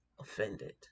offended